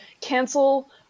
cancel